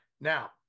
Now